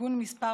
(תיקון מס'